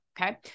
Okay